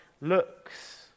looks